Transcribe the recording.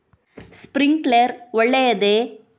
Sprinkler ಒಳ್ಳೇದೇ?